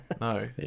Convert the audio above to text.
No